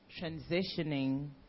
transitioning